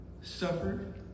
suffered